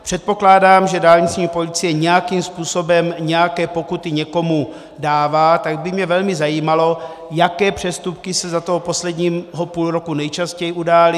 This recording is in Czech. Předpokládám, že dálniční policie nějakým způsobem nějaké pokuty někomu dává, tak by mě velmi zajímalo, jaké přestupky se za toho posledního půl roku nejčastěji udály.